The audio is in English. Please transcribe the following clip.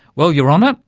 well, your honour,